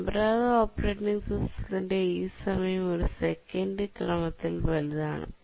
പരമ്പരാഗത ഓപ്പറേറ്റിംഗ് സിസ്റ്റത്തിന് ഈ സമയം ഒരു സെക്കന്റിന്റെ ക്രമത്തിൽ വലുതാണ്